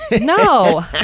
no